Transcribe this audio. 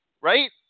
right